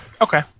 Okay